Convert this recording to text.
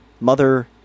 mother